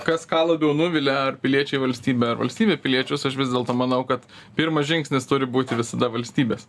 kas ką labiau nuvilia ar piliečiai valstybę ar valstybė piliečius aš vis dėlto manau kad pirmas žingsnis turi būti visada valstybės